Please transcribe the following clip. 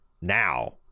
now